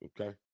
okay